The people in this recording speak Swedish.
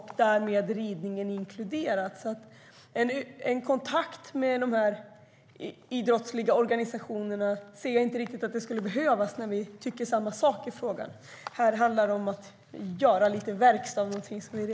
Jag ser inte riktigt att det skulle behövas en kontakt med de idrottsliga organisationerna när vi tycker samma sak i frågan. Här handlar det om att agera.